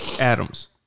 Adams